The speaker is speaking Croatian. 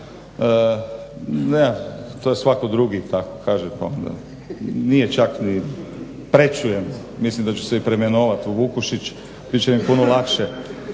To je svako drugi tako kaže pa onda, nije čak ni, prečujem. Mislim da ću se i preimenovati u Vukušić. Bit će mi puno lakša.